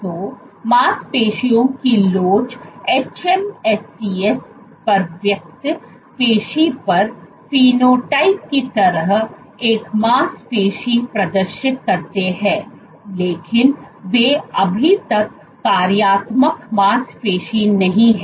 तो मांसपेशियों की लोच hMSCs पर व्यक्त पेशी पर phenotype की तरह एक मांसपेशी प्रदर्शित करते हैं लेकिन वे अभी तक कार्यात्मक मांसपेशी नहीं हैं